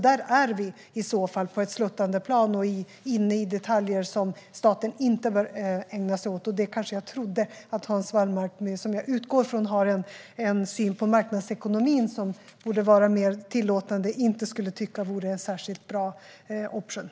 Då är vi på ett sluttande plan och reglerar detaljer som staten inte ska lägga sig i. Jag trodde nog att Hans Wallmark, som jag utgår från har en mer tillåtande syn på marknadsekonomin, inte skulle tycka att detta är en särskilt bra option.